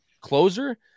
closer